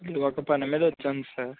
ఒక పని మీద వచ్చాను సార్